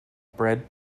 bread